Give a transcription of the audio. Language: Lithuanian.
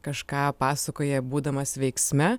kažką pasakoja būdamas veiksme